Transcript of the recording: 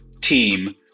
team